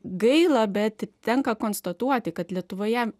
gaila bet tenka konstatuoti kad lietuvoje